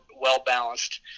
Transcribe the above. well-balanced